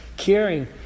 caring